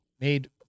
made